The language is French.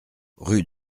rue